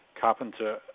Carpenter